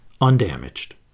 undamaged